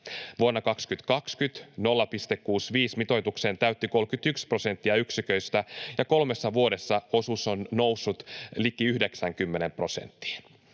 Vuonna 2020 0,65-mitoituksen piirissä oli 31 prosenttia yksiköistä. Kolmessa vuodessa osuus on noussut 89 prosenttiin.